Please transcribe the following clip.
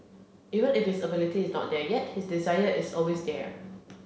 even if his ability is not there yet his desire is always there